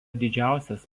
didžiausias